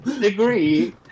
degree